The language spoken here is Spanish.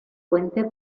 fuente